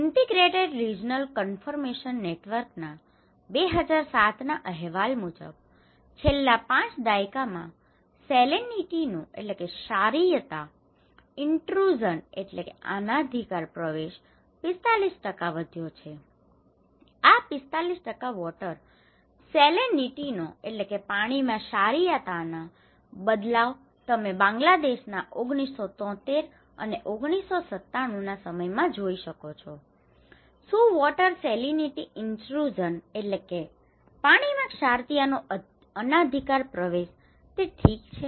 integrated regional information નેટવર્કના 2007ના અહેવાલ મુજબ છેલ્લા 5 દાયકામાં સેલેનિટીનું salinity ક્ષારીયતા ઈન્ટરુઝન intrusion અનાધિકાર પ્રવેશ 45 વધ્યો છે આ 45 વોટર સેલેનિટીનો water salinity પાણીમાં ક્ષારીયાતા બદલાવ તમે બાંગ્લાદેશના 1973 અને 1997ના સમયમાં જોઈ છો શું વોટર સેલેનિટી ઈન્ટરુઝનwater salinity intrusion પાણીમાં ક્ષારીયાતાનો અનાધિકાર પ્રવેશ ઠીક છે